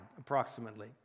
approximately